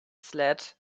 sled